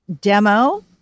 demo